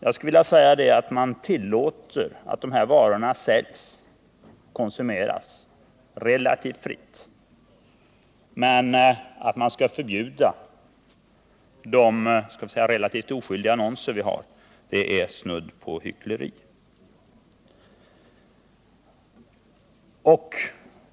Jag skulle vilja säga att vi bör tillåta att de här varorna säljs och konsumeras relativt fritt. Att förbjuda de ganska oskyldiga annonser vi har är snudd på hyckleri.